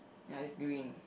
ya it's green